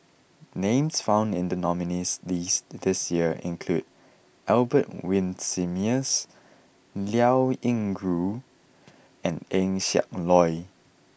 names found in the nominees' list this year include Albert Winsemius Liao Yingru and Eng Siak Loy